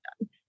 done